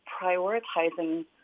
prioritizing